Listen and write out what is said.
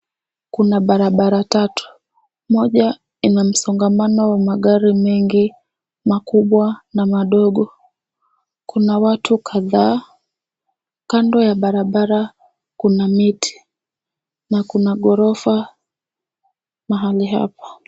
Kuna barabara tatu, moja ina msongamano wa magari mengi, makubwa na madogo. Kuna watu kadhaa. Kando ya barabara, kuna miti na kuna ghorofa mahali hapa.